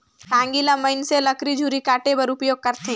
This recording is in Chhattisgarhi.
टागी ल मइनसे लकरी झूरी काटे बर उपियोग करथे